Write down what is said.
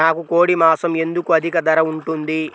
నాకు కోడి మాసం ఎందుకు అధిక ధర ఉంటుంది?